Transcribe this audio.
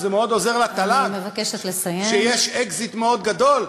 וזה מאוד עוזר לתל"ג שיש אקזיט מאוד גדול,